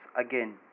again